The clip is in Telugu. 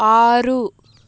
ఆరు